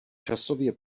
časově